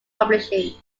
publishing